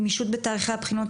גמישות בתאריכי הבחינות,